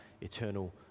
eternal